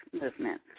movement